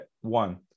one